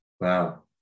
wow